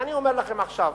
ואני אומר לכם עכשיו,